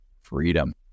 freedom